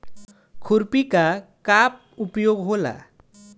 खुरपी का का उपयोग होला?